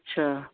ਅੱਛਾ